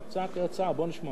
אני הצעתי הצעה, בוא נשמע.